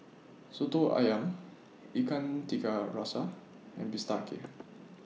Soto Ayam Ikan Tiga Rasa and Bistake